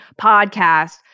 podcast